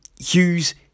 Hughes